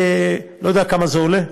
אני לא יודע כמה זה עולה.